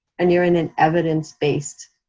and you're in an evidence-based